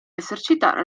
esercitare